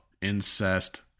incest